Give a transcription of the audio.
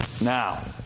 Now